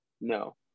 No